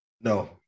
No